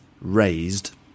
raised